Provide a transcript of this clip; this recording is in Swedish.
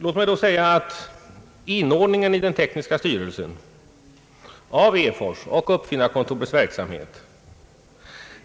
Låt mig då säga att inordningen i den tekniska styrelsen av INFOR:s och uppfinnarkontorets verksamhet